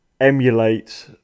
emulate